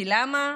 ולמה?